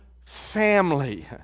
family